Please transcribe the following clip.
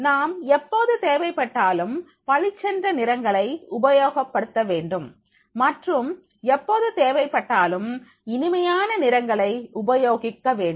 நாம் எப்போது தேவைப்பட்டாலும் பளிச்சென்ற நிறங்களை உபயோகப்படுத்த வேண்டும் மற்றும் எப்போது தேவைப்பட்டாலும் இனிமையான நிறங்களை உபயோகிக்க வேண்டும்